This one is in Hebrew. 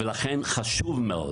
חשוב מאוד